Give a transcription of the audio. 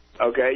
Okay